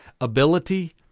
ability